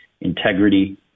integrity